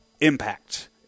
Impact